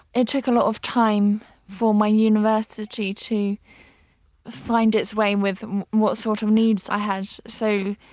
it took a lot of time for my university to find its way with what sort of needs i had. so,